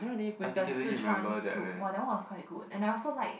with the Si-chuan soup !wah! that one was quite good and I also like